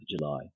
July